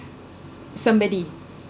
somebody